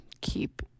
keep